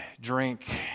drink